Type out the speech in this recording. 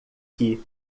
que